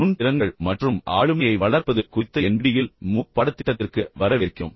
நுண் திறன்கள் மற்றும் ஆளுமையை வளர்ப்பது குறித்த NPTEL MOOC பாடத்திட்டத்திற்கு மீண்டும் வரவேற்கிறோம்